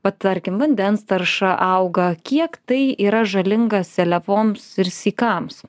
va tarkim vandens tarša auga kiek tai yra žalinga seliavoms ir sykams